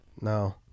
No